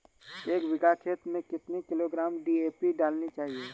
एक बीघा खेत में कितनी किलोग्राम डी.ए.पी डालनी चाहिए?